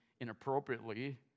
inappropriately